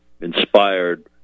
inspired